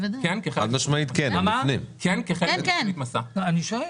כן, כחלק מתוכנית מסע.